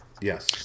yes